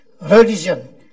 religion